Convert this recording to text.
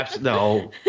no